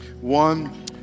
One